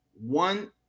One